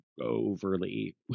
Overly